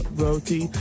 roti